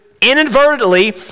inadvertently